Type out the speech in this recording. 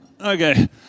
okay